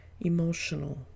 emotional